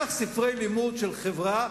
קח ספרי לימוד של חברה,